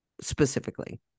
specifically